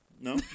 no